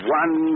one